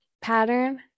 pattern